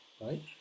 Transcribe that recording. right